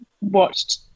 watched